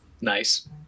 nice